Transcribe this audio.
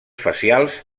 facials